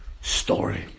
story